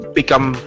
become